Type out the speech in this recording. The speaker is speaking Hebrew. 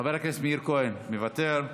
חבר הכנסת מאיר כהן, מוותר,